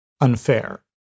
unfair